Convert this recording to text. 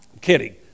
kidding